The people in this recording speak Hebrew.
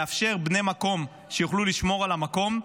לאפשר בני מקום שיוכלו לשמור על המקום.